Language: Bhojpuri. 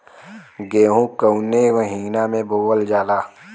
गेहूँ कवने महीना में बोवल जाला?